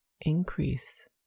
increase